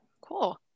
Cool